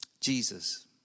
Jesus